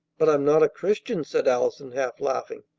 but i'm not a christian, said allison, half laughing.